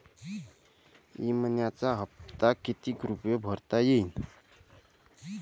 मइन्याचा हप्ता कितीक रुपये भरता येईल?